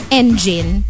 engine